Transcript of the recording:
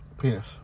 Penis